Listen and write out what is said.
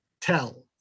tell